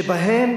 שבהם